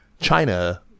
China